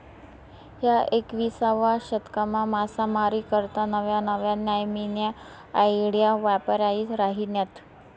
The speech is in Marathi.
ह्या एकविसावा शतकमा मासामारी करता नव्या नव्या न्यामीन्या आयडिया वापरायी राहिन्यात